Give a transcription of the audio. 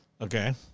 Okay